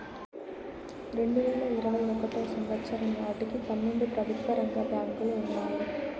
రెండువేల ఇరవై ఒకటో సంవచ్చరం నాటికి పన్నెండు ప్రభుత్వ రంగ బ్యాంకులు ఉన్నాయి